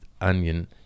onion